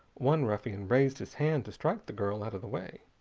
one ruffian raised his hand to strike the girl out of the way.